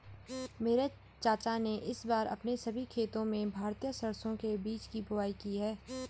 मेरे चाचा ने इस बार अपने सभी खेतों में भारतीय सरसों के बीज की बुवाई की है